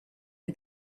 for